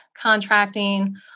contracting